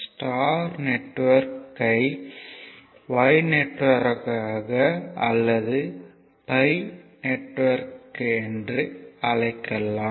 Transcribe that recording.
star network ஐ Y network அல்லது π network என்று அழைக்கலாம்